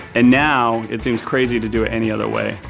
and now, it seems crazy to do it any other way.